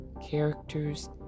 Characters